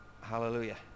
Hallelujah